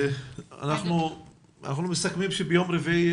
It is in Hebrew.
אנחנו מסכמים שביום רביעי